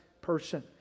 person